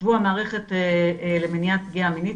שבוע מערכת למניעת פגיעה מינית,